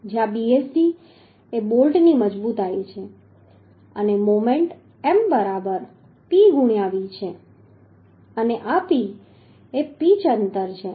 જ્યાં Bsd એ બોલ્ટની મજબૂતાઈ છે અને મોમેન્ટ M બરાબર P ગુણ્યા V છે અને આ p એ પીચ અંતર છે